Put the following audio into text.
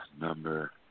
number